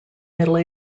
middle